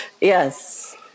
Yes